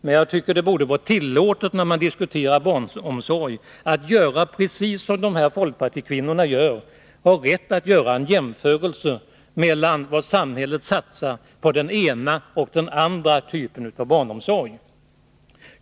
Men jag tycker att det borde vara tillåtet, när man diskuterar barnomsorg, att göra precis så som de här folkpartikvinnorna har gjort, dvs. att göra en jämförelse mellan samhällets satsningar på den ena och på den andra typen av barnomsorg.